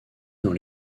dans